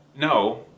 no